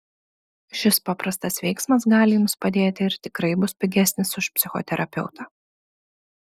šis paprastas veiksmas gali jums padėti ir tikrai bus pigesnis už psichoterapeutą